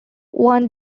one